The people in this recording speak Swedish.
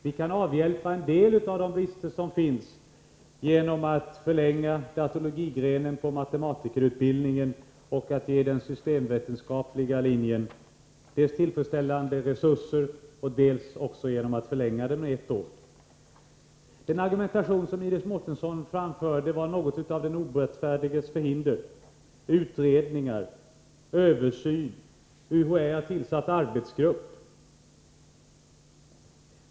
Vi kan avhjälpa en del av de brister som finns genom att förlänga datologigrenen inom matematikerutbildningen och ge den systemvetenskapliga linjen tillfredsställande resurser och dessutom förlänga den utbildningen med ett år. Den argumentation som Iris Mårtensson framförde var något av den obotfärdiges förhinder. Utredningar, översyn, UHÄ har tillsatt en arbetsgrupp — det var vad Iris Mårtensson åberopade.